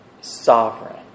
sovereign